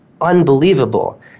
unbelievable